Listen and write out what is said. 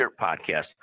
Podcast